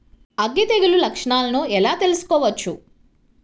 అగ్గి తెగులు లక్షణాలను ఎలా తెలుసుకోవచ్చు?